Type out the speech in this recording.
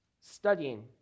studying